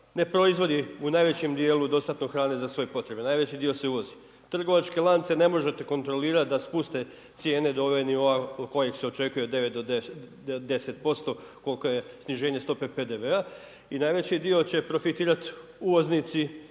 ne proizvodi u najvećem djelu dostatno hrane za svoje potrebe, najveći dio se uvozi. Trgovačke lance ne možete kontrolirat da spuste cijene do nivoa kojeg se očekuje, od 9 do 10% koliko je sniženje stope PDV-a i najveći dio će profitirat uvoznici,